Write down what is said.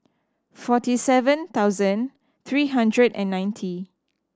forty seven thousand three hundred and ninety